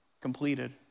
completed